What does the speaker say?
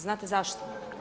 Znate zašto?